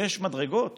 יש מדרגות